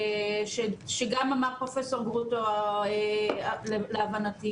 בהבנה שגם אמר פרופ' גרוטו, להבנתי.